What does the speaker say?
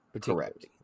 Correct